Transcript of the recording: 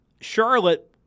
Charlotte